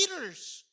leaders